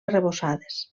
arrebossades